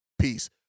Peace